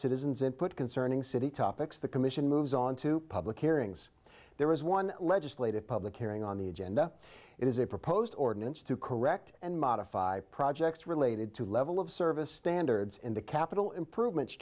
citizens input concerning city topics the commission moves on to public hearings there was one legislative public hearing on the agenda it is a proposed ordinance to correct and modify projects related to level of service standards in the capital improvement